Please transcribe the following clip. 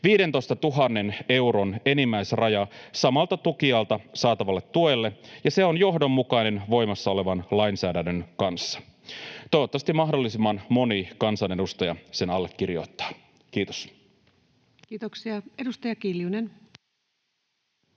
15 000 euron enimmäisraja samalta tukijalta saatavalle tuelle, ja se on johdonmukainen voimassa olevan lainsäädännön kanssa. Toivottavasti mahdollisimman moni kansanedustaja sen allekirjoittaa. — Kiitos. [Speech